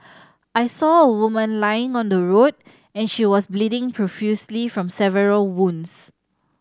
I saw a woman lying on the road and she was bleeding profusely from several wounds